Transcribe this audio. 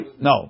No